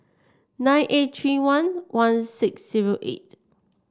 nine eight three one one six zero eight